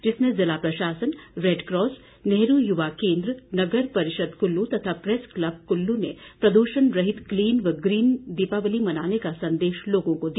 जिसमें जिला प्रशासन रैडक्रास नेहरू युवा केंद्र नगर परिषद कुल्लू तथा प्रैस क्लब कुल्लू ने प्रदूर्षण रहित क्लीन व ग्रीन दिवाली मनाने का संदेश लोगों को दिया